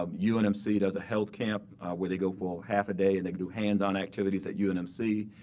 um unmc does a health camp where they go for half a day and they can do hands on activities at unmc.